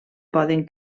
poden